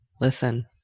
listen